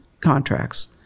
contracts